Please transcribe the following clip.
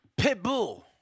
Pitbull